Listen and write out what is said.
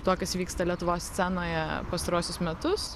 tuo kas vyksta lietuvos scenoje pastaruosius metus